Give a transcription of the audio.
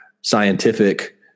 scientific